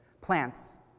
plants